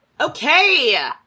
okay